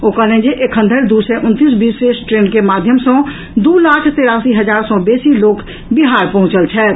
ओ कहलनि जे एखन धरि दू सय उनतीस विशेष ट्रेन के माध्यम सँ दू लाख तेरासी हजार सँ बेसी लोक बिहार पहुंचल छथि